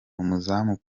umuzamu